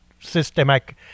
systemic